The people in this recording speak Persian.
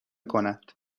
کند